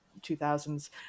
2000s